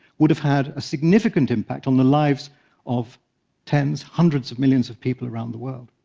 would have had a significant impact on the lives of tens, hundreds of millions of people around the world.